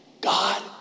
God